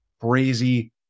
crazy